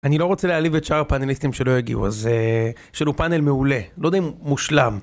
אני לא רוצה להעליב את שאר הפאנליסטים שלא הגיעו, אז יש לנו פאנל מעולה, לא יודע אם הוא מושלם.